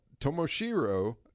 Tomoshiro